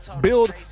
build